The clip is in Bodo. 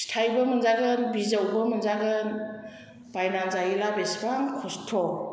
फिथायबो मोनजागोन बिजौबो मोनजागोन बायना जायोब्ला बेसेबां खस्थ'